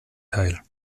teil